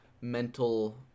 mental